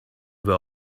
were